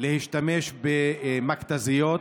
להשתמש במכת"זיות.